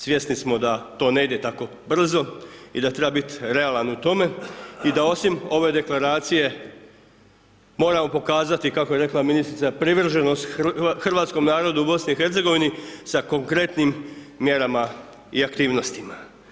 Svjesni smo da to ne ide tako brzo i da treba biti realan u tome i da osim ove Deklaracije moramo pokazati, kako je rekla ministrica, privrženost hrvatskom narodu u BiH sa konkretnim mjerama i aktivnostima.